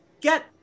get